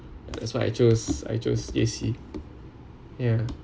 that's why I chose I chose J_C